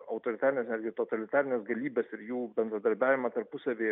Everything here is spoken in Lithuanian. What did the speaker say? autoritarines netgi totalitarines galybės ir jų bendradarbiavimą tarpusavyje